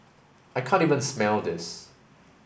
I can't even smell this